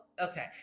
Okay